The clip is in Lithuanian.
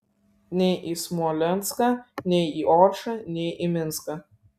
nei į smolenską nei į oršą nei į minską